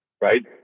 right